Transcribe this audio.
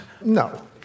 No